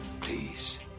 please